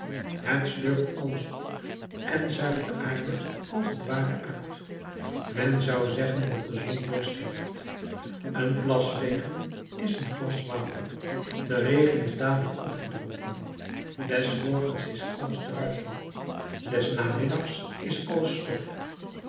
het slurpt alles op en zuigt de aarde als t ware uit men zou zeggen dat de zon dorst heeft een plasregen is een glas water de regen is dadelijk opgedronken des morgens is alles druipnat des namiddags is alles stof